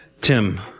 Tim